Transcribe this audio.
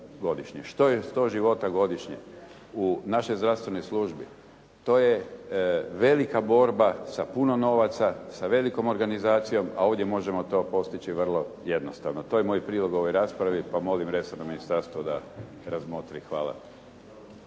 Što je 100 života godišnje u našoj zdravstvenoj službi? To je velika borba sa puno novaca, sa velikom organizacijom, a ovdje to možemo postići vrlo jednostavno. To je mom prilog ovoj raspravi, pa molim resorno ministarstvo da razmotri. Hvala.